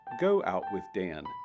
GoOutWithDan